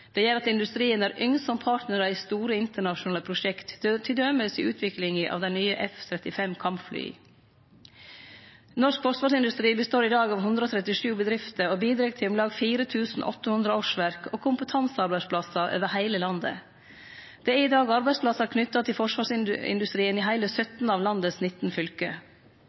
Dette gjer at industrien er ynskt som partnarar i store internasjonale prosjekt, t.d. i utviklinga av dei nye F-35-kampflya. Norsk forsvarsindustri består i dag av 137 bedrifter og bidreg til om lag 4 800 årsverk og kompetansearbeidsplassar over heile landet. Det er i dag arbeidsplassar knytte til forsvarsindustrien i heile 17 av landets 19 fylke.